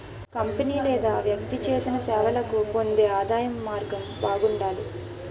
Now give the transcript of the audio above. company లేదా వ్యక్తి చేసిన సేవలకు పొందే ఆదాయం మార్గం బాగుండాలి